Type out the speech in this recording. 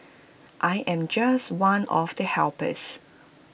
I am just one of the helpers